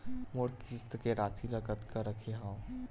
मोर किस्त के राशि ल कतका रखे हाव?